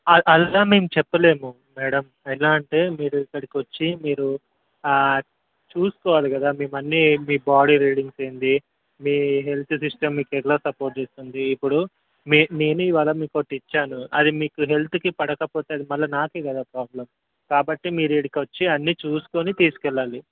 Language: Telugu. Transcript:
అలా మేము చెప్పలేము మేడం ఎలా అంటే మీరు ఇక్కడికి వచ్చి మీరు చూసుకోవాలి కదా మేమన్నీ మీ బాడీ రీడింగ్స్ ఏంటి మీ హెల్త్ సిస్టమ్ మీకెలా సపోర్ట్ చేస్తుంది ఇప్పుడు మీకు నేను ఇవాళ మీకు ఒకటి ఇచ్చాను అది మీకు హెల్త్కి పడకపోతే అది మళ్ళా నాకే కదా ప్రాబ్లమ్ కాబట్టి మీరు ఇక్కడికి వచ్చి అన్ని చూసుకుని తీసుకెళ్ళాలి